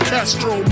Castro